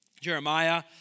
Jeremiah